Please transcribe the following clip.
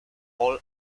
all